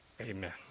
Amen